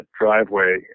driveway